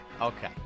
okay